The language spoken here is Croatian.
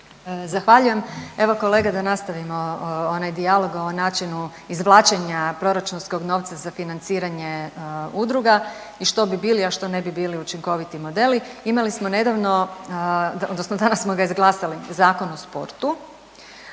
Zahvaljujem. Evo kolega da nastavimo onaj dijalog o načinu izvlačenja proračunskog novca za financiranje i što bi bili, a što ne bi bili učinkoviti modeli. Imali smo nedavno odnosno danas smo ga izglasali Zakon o sportu